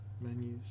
Menus